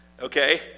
Okay